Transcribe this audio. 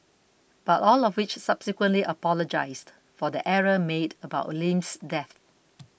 but all of which subsequently apologised for the error made about Lim's death